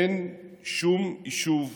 אין שום יישוב,